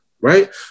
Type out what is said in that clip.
right